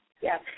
yes